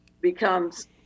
becomes